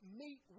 meet